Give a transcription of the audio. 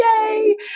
Yay